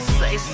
say